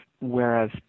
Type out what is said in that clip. Whereas